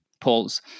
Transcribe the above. polls